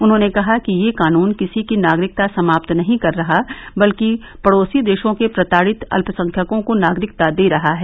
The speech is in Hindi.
उन्हॉने कहा कि यह कानून किसी की नागरिकता समाप्त नहीं कर रहा बल्कि पडोसी देशों के प्रताडित अल्पसंख्यकों को नागरिकता दे रहा है